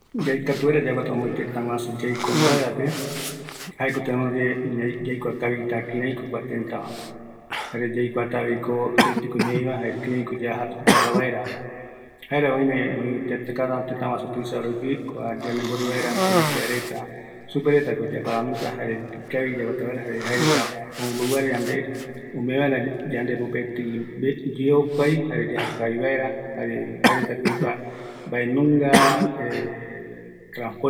Yaikuatako kïraiko kua tëtäva, yaikuatavi iñeereta, mbaetɨ yave, oime öi kua tëtäre iyangarekoa reta, superetako yaparanduta, jaeretako öi oporombori vaera